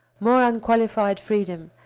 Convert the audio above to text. more unqualified freedom,